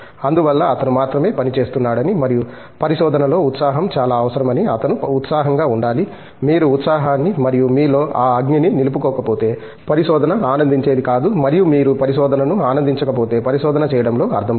అందువల్ల అతను మాత్రమే పని చేస్తున్నాడని మరియు పరిశోధనలో ఉత్సాహం చాలా అవసరం అని అతను ఉత్సాహంగా ఉండాలి మీరు ఆ ఉత్సాహాన్ని మరియు మీలో ఆ అగ్నిని నిలుపుకోకపోతే పరిశోధన ఆనందించేది కాదు మరియు మీరు పరిశోధనను ఆనందించకపోతే పరిశోధన చేయడంలో అర్థం లేదు